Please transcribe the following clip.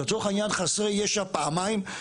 לצורך העניין חסרי ישע פעמיים,